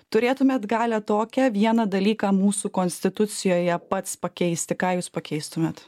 turėtumėt galią tokią vieną dalyką mūsų konstitucijoje pats pakeisti ką jūs pakeistumėt